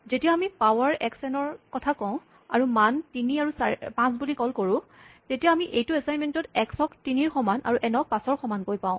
যেতিয়া আমি power x n ৰ কথা কওঁ আৰু মান তিনি আৰু পাঁচ বুলি কল কৰোঁ তেতিয়া আমি এইটো এচাইনমেন্টত এক্স ক তিনিৰ সমান আৰু এন ক পাঁচৰ সমানকৈ পাওঁ